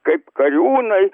kaip kariūnai